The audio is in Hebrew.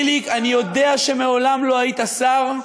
חיליק, אני יודע שמעולם לא היית שר,